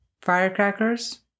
Firecrackers